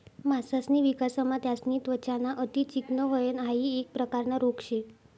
मासासनी विकासमा त्यासनी त्वचा ना अति चिकनं व्हयन हाइ एक प्रकारना रोग शे